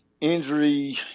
injury